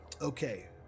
Okay